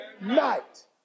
night